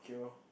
K lor